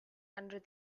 under